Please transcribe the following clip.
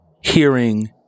hearing